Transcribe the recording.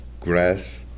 grass